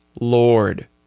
Lord